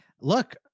look